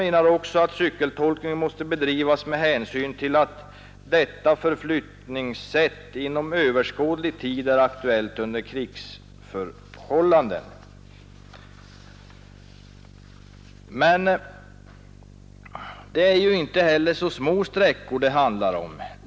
Han menar också att cykeltolkning måste bedrivas med hänsyn till att detta förflyttningssätt ”inom överskådlig tid är aktuellt under krigsförhållanden”. Det är inte små sträckor det handlar om.